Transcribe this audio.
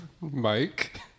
Mike